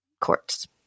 courts